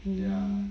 ya